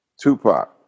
Tupac